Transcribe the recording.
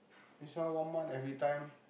this one month every time